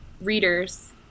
readers